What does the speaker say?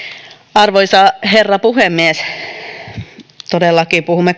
arvoisa herra puhemies todellakin puhumme